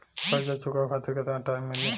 कर्जा चुकावे खातिर केतना टाइम मिली?